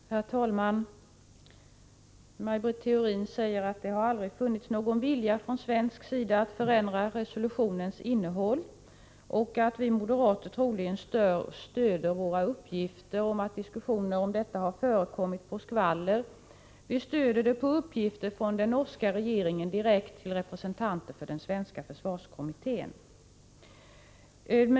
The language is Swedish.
Herr talman! Maj Britt Theorin säger att det aldrig har funnits någon vilja från svensk sida att förändra resolutionens innehåll och att vi moderater troligen stöder våra uppgifter om att diskussioner om detta har förekommit på skvaller. Vi stöder oss på uppgifter från den norska regeringen direkt till representanter för den svenska försvarskommittén.